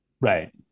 right